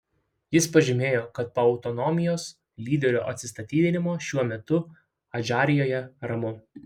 jis pažymėjo kad po autonomijos lyderio atsistatydinimo šiuo metu adžarijoje ramu